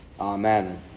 Amen